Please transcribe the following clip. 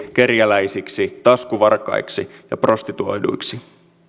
kerjäläisiksi taskuvarkaiksi ja prostituoiduiksi